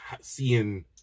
seeing